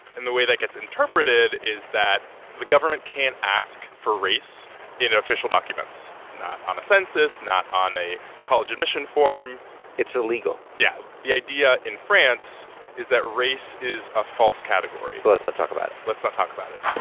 and the way that gets interpreted is that the government can't ask for race in official documents not on a census, not on a college admission form it's illegal yeah. the idea in france is that race is a false category so let's not talk about it let's not talk about it